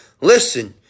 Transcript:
Listen